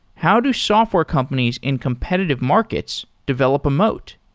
how do software companies in competitive markets develop a moat?